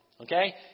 okay